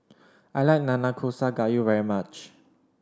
I like Nanakusa Gayu very much